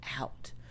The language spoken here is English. out